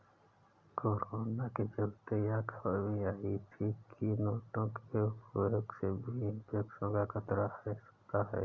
corona के चलते यह खबर भी आई थी की नोटों के उपयोग से भी इन्फेक्शन का खतरा है सकता है